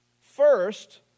First